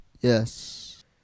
Yes